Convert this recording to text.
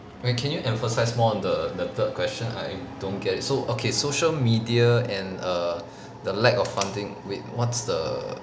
wait can you emphasise more on the the third question I don't get it so okay social media and err the lack of funding wait what's the